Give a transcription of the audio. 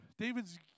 David's